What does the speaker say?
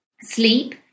Sleep